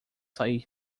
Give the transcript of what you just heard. sair